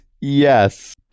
yes